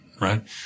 right